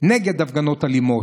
נגד הפגנות אלימות.